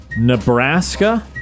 Nebraska